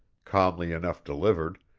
calmly enough delivered,